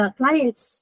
clients